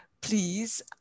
please